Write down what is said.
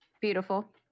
Beautiful